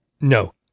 No